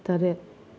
ꯇꯔꯦꯠ